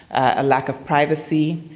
a lack of privacy,